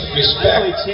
respect